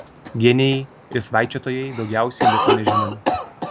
genijai ir svaičiotojai daugiausiai liko nežinomi